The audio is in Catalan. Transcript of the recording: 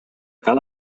cal